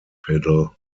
pedal